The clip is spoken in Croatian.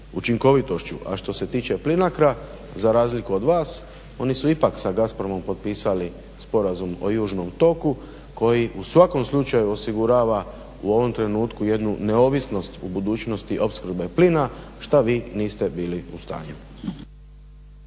učinkovitošću a što se tiče Plinacra za razliku od vas oni su ipak sa Gastronom potpisali sporazum o južnom toku koji u svakom slučaju osigurava u ovom trenutku jednu neovisnost u budućnosti opskrbe plina šta vi niste bili u stanju.